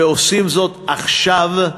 ועושים זאת עכשיו,